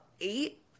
eight